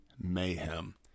mayhem